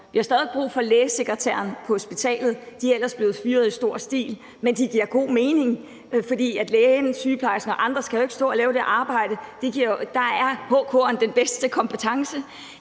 Vi har stadig væk brug for lægesekretærer på hospitalet. De er ellers blevet fyret i stor stil, men de giver god mening, fordi lægen, sygeplejersken og andre jo ikke skal stå og lave det arbejde. Der er HK'eren den bedste kompetence.